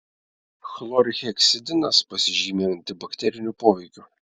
chlorheksidinas pasižymi antibakteriniu poveikiu